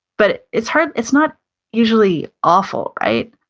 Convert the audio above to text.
but it's hard, it's not usually awful, right?